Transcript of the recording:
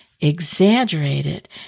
exaggerated